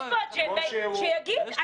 יש פה אג'נדה, שיגיד.